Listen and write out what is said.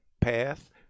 path